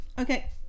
Okay